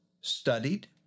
studied